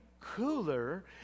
cooler